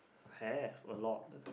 have a lot